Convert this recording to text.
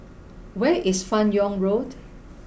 where is Fan Yoong Road